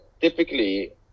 typically